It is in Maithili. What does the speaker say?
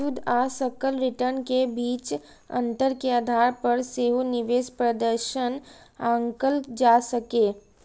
शुद्ध आ सकल रिटर्न के बीच अंतर के आधार पर सेहो निवेश प्रदर्शन आंकल जा सकैए